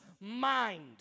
mind